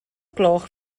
gloch